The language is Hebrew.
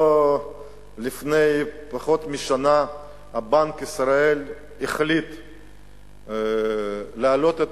לפני פחות משנה בנק ישראל החליט להעלות את